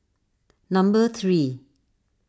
number three